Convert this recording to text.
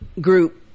group